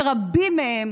שרבים מהם